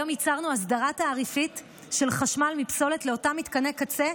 היום ייצרנו הסדרה תעריפית של חשמל מפסולת לאותם מתקני קצה,